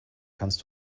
kannst